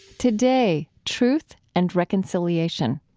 today, truth and reconciliation.